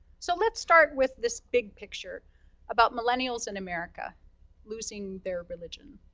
so let's start with this big picture about millennials in america losing their religion.